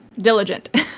diligent